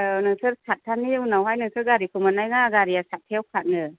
औ नोंसोर साथथानि उनावहाय नोंसोर गारिखौ मोननाय नङा गारिया साथथायाव थाङो